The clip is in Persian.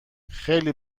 خیلی